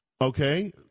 Okay